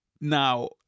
Now